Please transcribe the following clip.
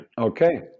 Okay